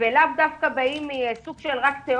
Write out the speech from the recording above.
ולאו דווקא באים רק מתיאוריה,